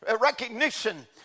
recognition